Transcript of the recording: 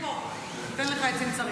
יש לי פה, אתן לך אם צריך.